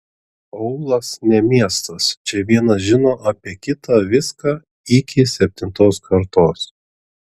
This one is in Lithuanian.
aūlas ne miestas čia vienas žino apie kitą viską iki septintos kartos